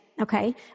Okay